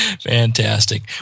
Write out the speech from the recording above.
Fantastic